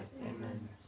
Amen